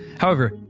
however,